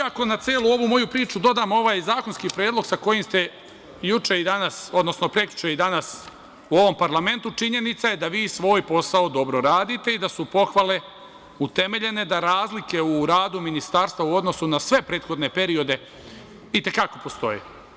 Ako na celu ovu moju priču dodamo ovaj zakonski predlog sa kojim se prekjuče i danas u ovom parlamentu, činjenica je da vi svoj posao dobro radite i da su pohvale utemeljene, da razlike u radu Ministarstva u odnosu na sve prethodne periode itekako postoje.